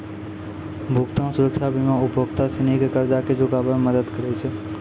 भुगतान सुरक्षा बीमा उपभोक्ता सिनी के कर्जा के चुकाबै मे मदद करै छै